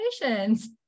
Congratulations